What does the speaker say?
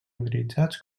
utilitzats